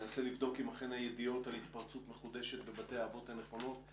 ננסה לבדוק אם אכן הידיעות על התפרצות מחודשת בבתי האבות הן נכונות.